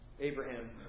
Abraham